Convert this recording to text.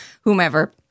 whomever